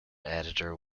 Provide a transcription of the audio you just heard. editor